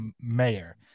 mayor